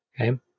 Okay